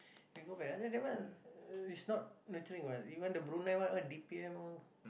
they go back and that one is not nurturing what even the Brunei one d_p_m what